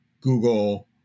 Google